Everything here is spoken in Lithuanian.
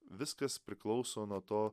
viskas priklauso nuo to